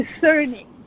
discerning